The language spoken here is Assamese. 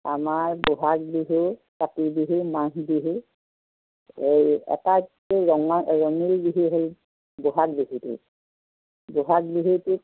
আমাৰ ব'হাগ বিহু কাতি বিহু মাঘ বিহু এই আটাইতকৈ ৰঙা ৰঙীন বিহু হ'ল ব'হাগ বিহুটো ব'হাগ বিহুটোত